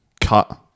cut